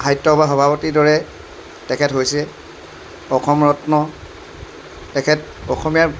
সাহিত্যসভাৰ সভাপতিৰ দৰে তেখেত হৈছে অসমৰত্ন তেখেত অসমীয়াৰ